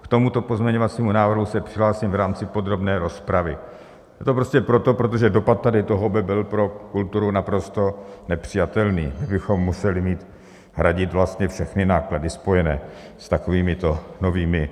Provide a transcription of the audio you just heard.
K tomuto pozměňovacímu návrhu se přihlásím v rámci podrobné rozpravy, a to prostě proto, protože dopad tady toho by byl pro kulturu naprosto nepřijatelný, kdybychom museli mít, hradit vlastně všechny náklady spojené s takovýmito novými...